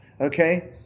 okay